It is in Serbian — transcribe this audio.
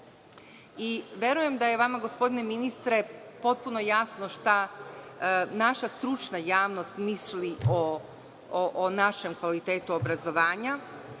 da je vama, gospodine ministre, potpuno jasno šta naša stručna javnost misli o našem kvalitetu obrazovanja,